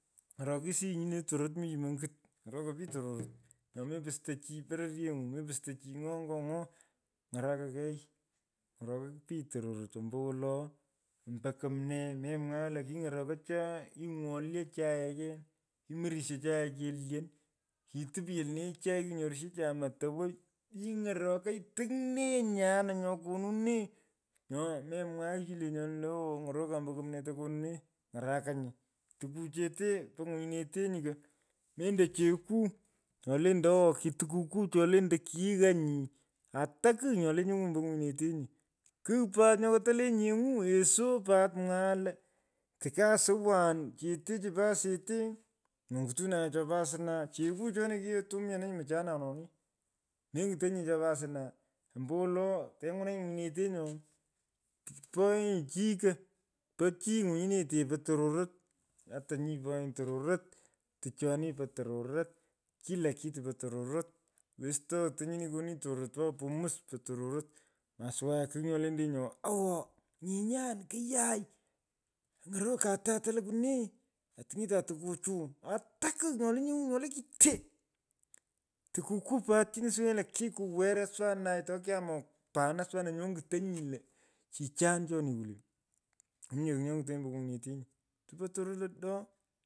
Ng’orokisyi nyini le tororot mi yum ongit ng’orokoi poich tororot. Nyo mepusto chi pororyeny’u. mepusto chi ng’o ngo ng’o. Ng’araka kei. Ny’orokoi pich tororot ombowolo. ombo kumnee memwagh lo king’orokoi chae. kingwolyo chae ken kimorisho chae kelyon. kitupyo lone chai. kikunyorisho chichai motowoi. Kiny’orokoi. tiny nee nyan nyo kunu nee. Nyo me mwagh chi lenyona lo owo. ong’orokan ombo kumnee tokonu nee. Ng’arakanyi. Tukuchete po nywinyineteny ko mendo cheku. nyolentoi owo kitukukuu cholentoi kiyighanyi. ata kigh nyole nyengu ombo nywinyinetenyi. Kigh pat nyo kete lentenyi nyeny’u eso pat mwagha lo. kokyasuwan chete chu po asete. munyutunanye chopo asna. Cheku choni kiketumiananyi mchananoni. menyutonyinye chopo asna. Ombowolo tenywunanyi ngwinyinetenyi no poghenyi chi ko. po chi nywinyinete. po tororot ata nyi poghenyi tororot. tichoni po tororot. kila kitu po tororot. Westoyhto nyini kununyi tororot ngo pumu po tororot. masuwanye kigh nyo lentenyi awoo nyinyan kighyai ang’orokan atai tolukwo nee. otuny’etan tukuchuu. Ata kigh nyole nyeny’u nyole kitee. Tukukuu pat chino suwenenyi lo kikuwerr oswanai tokyamuk pan oswanino ngutonyi lo chichan chini kwulee. Mominye kigh nyo tingenyi ombo ngwinyinete. tupo tororot lo do.